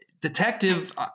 detective